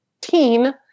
teen